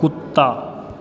कुत्ता